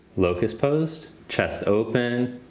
locust pose, chest open.